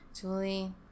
Julie